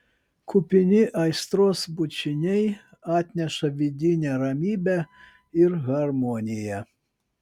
kupini aistros bučiniai atneša vidinę ramybę ir harmoniją